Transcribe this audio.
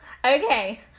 Okay